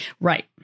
Right